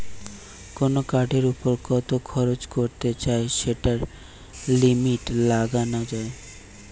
কুনো কার্ডের উপর কত খরচ করতে চাই সেটার লিমিট লাগানা যায়